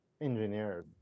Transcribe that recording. engineers